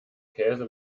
käse